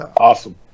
Awesome